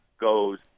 goes